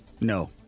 No